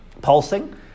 pulsing